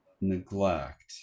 neglect